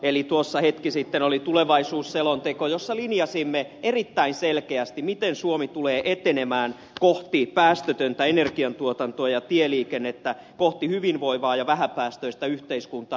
eli tuossa hetki sitten oli tulevaisuusselonteko jossa linjasimme erittäin selkeästi miten suomi tulee etenemään kohti päästötöntä energiantuotantoa ja tieliikennettä kohti hyvinvoivaa ja vähäpäästöistä yhteiskuntaa